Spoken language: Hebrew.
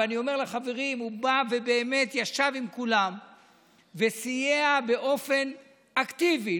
אני אומר לחברים: הוא באמת ישב עם כולם וסייע באופן אקטיבי,